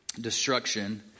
destruction